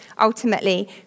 ultimately